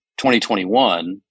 2021